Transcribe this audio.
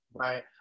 Right